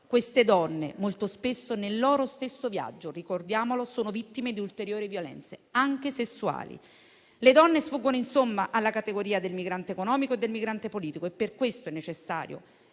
Queste donne molto spesso nel loro stesso viaggio - ricordiamolo - sono vittime di ulteriori violenze, anche sessuali. Le donne sfuggono insomma alla categoria del migrante economico e del migrante politico, e per questo è necessario